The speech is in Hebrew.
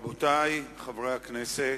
רבותי חברי הכנסת,